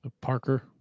Parker